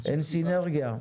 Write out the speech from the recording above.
אין סינרגיה.